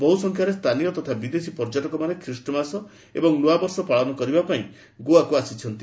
ବହୁ ସଂଖ୍ୟାରେ ସ୍ଥାନୀୟ ତଥା ବିଦେଶୀ ପର୍ଯ୍ୟଟକମାନେ ଖ୍ରୀଷ୍ଟମାସ ଏବଂ ନୂଆବର୍ଷ ପାଳନ କରିବା ଲାଗି ଗୋଆକୁ ଛୁଟି ଆସିଛନ୍ତି